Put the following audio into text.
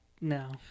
no